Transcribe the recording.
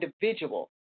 individual